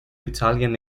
italian